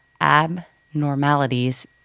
abnormalities